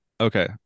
Okay